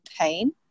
pain